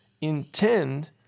intend